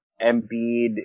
Embiid